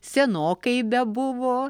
senokai bebuvo